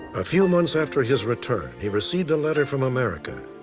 a few months after his return, he received a letter from america.